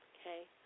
okay